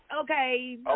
okay